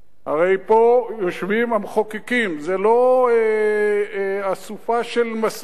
הרי פה יושבים המחוקקים, זו לא אסופה של מסבירנים,